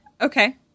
Okay